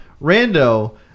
Rando